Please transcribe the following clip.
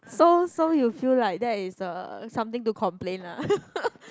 so so you feel like that is a something to complain lah